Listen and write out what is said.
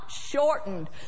shortened